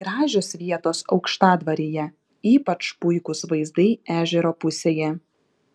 gražios vietos aukštadvaryje ypač puikūs vaizdai ežero pusėje